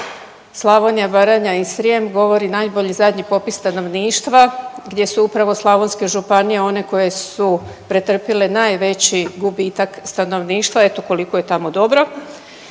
Slavonija, Baranja i Srijem govori najbolje zadnji popis stanovništva gdje su upravo slavonske županije one koje su pretrpile najveći gubitak stanovništva, eto koliko je tamo dobro,